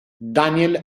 daniel